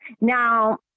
Now